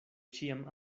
ĉiam